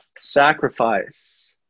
sacrifice